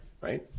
Right